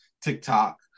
TikTok